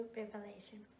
revelation